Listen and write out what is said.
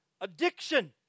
addiction